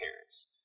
parents